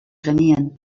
genien